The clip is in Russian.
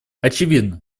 очевидно